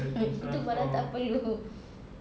itu barang tak perlu